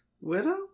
Widow